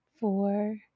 Four